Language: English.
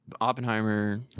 Oppenheimer